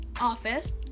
office